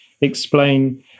explain